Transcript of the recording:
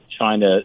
China